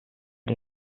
die